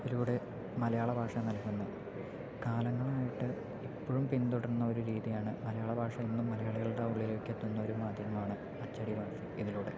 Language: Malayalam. ഇതിലൂടെ മലയാള ഭാഷ നൽകുന്നു കാലങ്ങളായിട്ട് ഇപ്പോഴും പിന്തുടരുന്ന ഒരു രീതിയാണ് മലയാള ഭാഷ ഇന്നും മലയാളികളുടെ ഉള്ളിലേക്ക് എത്തുന്ന ഒരു മാധ്യമമാണ് അച്ചടിഭാഷ ഇതിലൂടെ